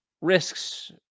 risks